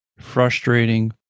frustrating